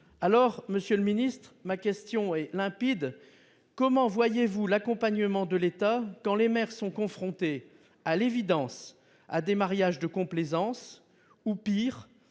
Aussi, monsieur le ministre, ma question est limpide : comment concevez-vous l'accompagnement de l'État quand les maires sont confrontés, à l'évidence, à des mariages de complaisance ou, pire,